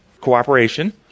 cooperation